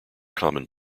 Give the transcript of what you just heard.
common